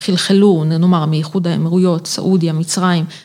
חלחלו, נאמר, מייחוד האמירויות, סעודיה, מצרים.